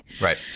Right